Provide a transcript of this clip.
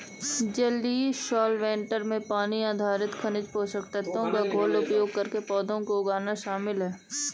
जलीय सॉल्वैंट्स में पानी आधारित खनिज पोषक तत्वों के घोल का उपयोग करके पौधों को उगाना शामिल है